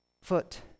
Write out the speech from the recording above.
foot